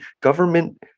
government